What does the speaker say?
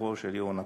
בשחרורו של יהונתן.